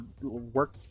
work